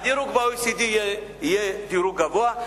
הדירוג ב-OECD יהיה דירוג גבוה,